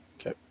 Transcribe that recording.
Okay